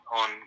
on